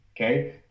Okay